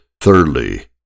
Thirdly